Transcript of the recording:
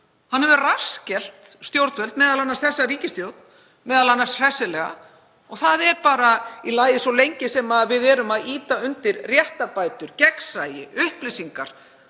Hann hefur rassskellt stjórnvöld, m.a. þessa ríkisstjórn, hressilega og það er bara í lagi svo lengi sem við erum að ýta undir réttarbætur, gegnsæi og upplýsingar